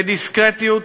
בדיסקרטיות,